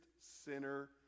sinner